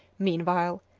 meanwhile,